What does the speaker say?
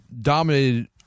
dominated